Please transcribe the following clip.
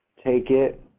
take it,